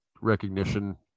recognition